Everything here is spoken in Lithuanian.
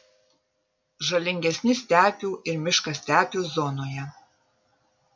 žalingesni stepių ir miškastepių zonoje